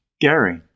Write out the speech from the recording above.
Gary